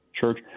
church